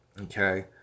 Okay